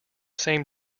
same